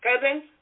cousin